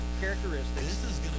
characteristics